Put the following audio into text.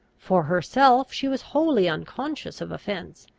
for herself, she was wholly unconscious of offence,